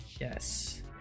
Yes